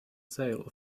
sale